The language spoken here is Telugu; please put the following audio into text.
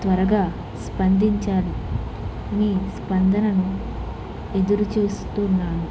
త్వరగా స్పందించాలి మీ స్పందనను ఎదురుచూస్తున్నాను